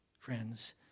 Friends